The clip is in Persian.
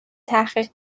تحقیق